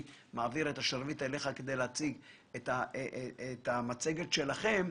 מעביר את השרביט אליך כדי שתציג את המצגת שלכם.